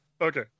Okay